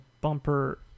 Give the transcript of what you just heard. bumper